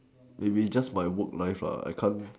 maybe just my work life I can't